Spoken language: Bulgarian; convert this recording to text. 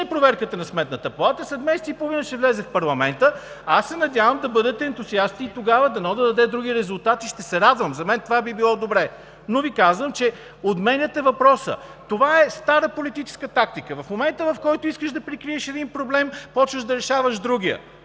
проверката на Сметната палата, след месец и половина ще влезе в парламента, аз се надявам да бъдете ентусиасти и тогава дано да даде други резултати. Ще се радвам, за мен това би било добре, но Ви казвам, че отменяте въпроса. Това е стара политическа тактика – в момента, в който искаш да прикриеш един проблем, започваш да решаваш другия.